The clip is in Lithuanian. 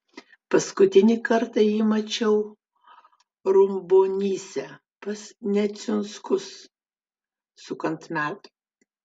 paskutinį kartą jį mačiau rumbonyse pas neciunskus sukant medų